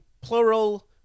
plural